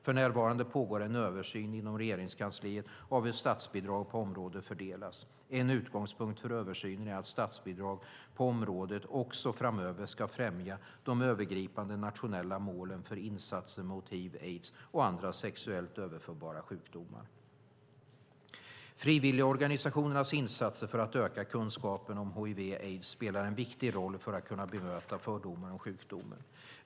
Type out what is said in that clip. För närvarande pågår en översyn inom Regeringskansliet av hur statsbidrag på området fördelas. En utgångspunkt för översynen är att statsbidrag på området också framöver ska främja de övergripande nationella målen för insatser mot hiv aids spelar en viktig roll för att kunna bemöta fördomar om sjukdomen.